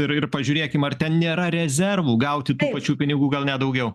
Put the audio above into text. ir ir pažiūrėkim ar ten nėra rezervų gauti tų pačių pinigų gal net daugiau